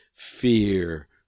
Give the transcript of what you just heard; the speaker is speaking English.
fear